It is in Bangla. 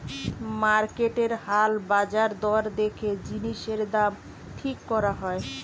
মার্কেটের হাল বাজার দর দেখে জিনিসের দাম ঠিক করা হয়